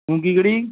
ਮੂੰਗੀ ਕਿਹੜੀ ਜੀ